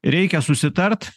reikia susitart